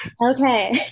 okay